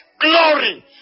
glory